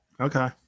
Okay